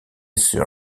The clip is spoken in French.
sur